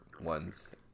one's